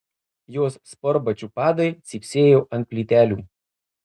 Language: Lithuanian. jos sportbačių padai cypsėjo ant plytelių